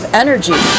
energy